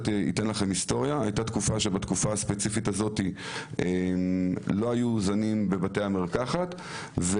בתקופה מסוימת לא היו בבתי המרקחת זנים,